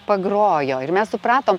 pagrojo ir mes supratom